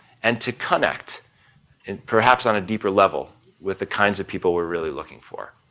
and to connect in perhaps on a deeper level with the kinds of people we're really looking for.